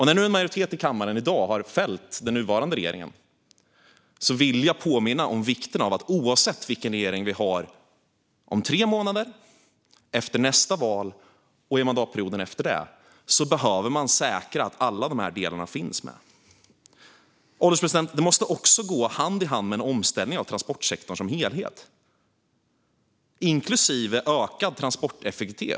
När nu en majoritet i kammaren har fällt den nuvarande regeringen vill jag påminna om vikten av att oavsett vilken regering vi har om tre månader, efter nästa val och i mandatperioden efter det behöver man säkra att alla dessa delar finns med. Herr ålderspresident! Det här måste gå hand i hand med en omställning av transportsektorn som helhet, inklusive ökad transporteffektivitet.